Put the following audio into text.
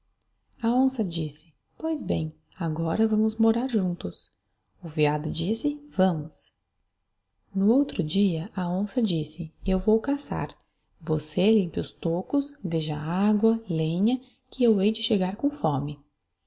a onça disse pois bera agora vamos morar juntos o veado disse i vamos no outro dia a onça disse eu vou casar você em teus tocos veja agua lenha que eu hei de chegar com fome